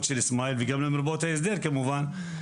של סמייל וגם למרפאות ההסדר כמובן.